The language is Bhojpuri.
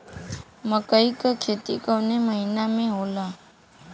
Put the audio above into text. मकई क खेती कवने महीना में होला?